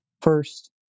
first